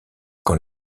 quand